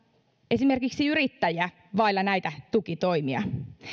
esimerkiksi yrittäjä vaille näitä tukitoimia